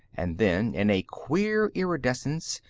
and then, in a queer iridescence,